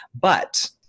but-